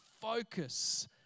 focus